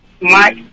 Mike